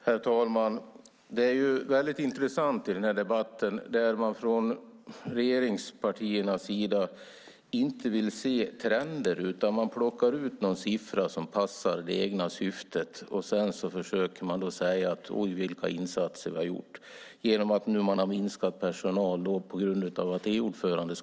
Herr talman! Det är intressant att i debatten höra hur man från regeringspartiernas sida inte vill se trender utan i stället plockar ut någon siffra som passar det egna syftet. Därefter försöker man tala om vilka insatser man, på grund av att EU-ordförandeskapet upphörde, gjort genom att minska på personalen.